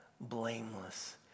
blameless